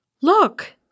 Look